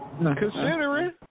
Considering